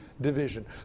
division